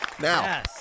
Now